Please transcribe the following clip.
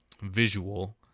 visual